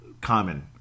common